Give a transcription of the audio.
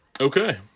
okay